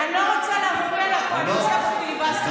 אני לא רוצה להפריע לקואליציה בפיליבסטר.